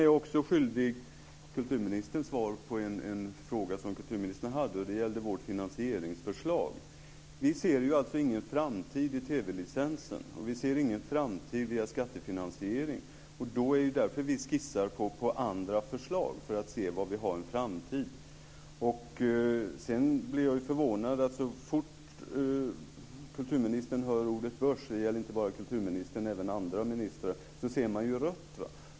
Jag är skyldig kulturministern svar på en fråga som hon ställde. Det gällde vårt finansieringsförslag. Vi ser alltså ingen framtid i TV-licensen, och vi ser ingen framtid via skattefinansiering. Därför skissar vi på andra förslag för att se var vi har en framtid. Jag blir förvånad över att så fort kulturministern hör ordet börs - det gäller inte bara kulturministern utan även andra ministrar - ser hon rött.